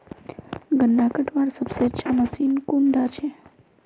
गन्ना कटवार सबसे अच्छा मशीन कुन डा छे?